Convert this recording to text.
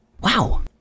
Wow